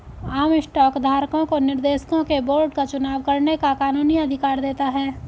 आम स्टॉक धारकों को निर्देशकों के बोर्ड का चुनाव करने का कानूनी अधिकार देता है